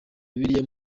bibiliya